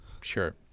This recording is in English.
sure